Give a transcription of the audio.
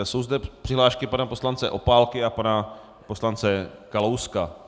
Jsou zde přihlášky pana poslance Opálky a pana poslance Kalouska.